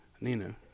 Nina